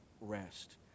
rest